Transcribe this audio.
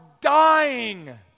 dying